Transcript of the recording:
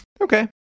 Okay